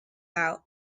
out